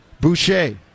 boucher